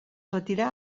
retirà